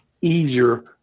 easier